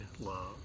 love